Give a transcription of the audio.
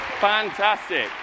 Fantastic